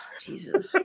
Jesus